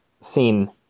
scene